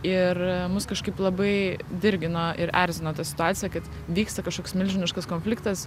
ir mus kažkaip labai dirgino ir erzino ta situacija kad vyksta kažkoks milžiniškas konfliktas